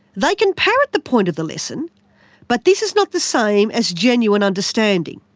they can parrot the point of the lesson but this is not the same as genuine understanding.